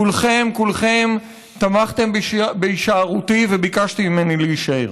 כולכם תמכתם בהישארותי וביקשתם ממני להישאר.